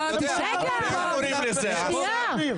אתם קוראים לזה, השר, השר.